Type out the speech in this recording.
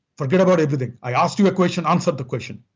forget about everything. i asked you a question answer the question.